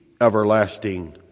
everlasting